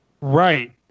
Right